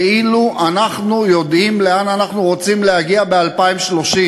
כאילו אנחנו יודעים לאן אנחנו רוצים להגיע ב-2030,